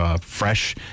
fresh